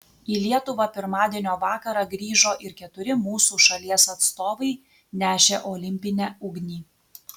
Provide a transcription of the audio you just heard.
į lietuvą pirmadienio vakarą grįžo ir keturi mūsų šalies atstovai nešę olimpinę ugnį